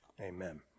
amen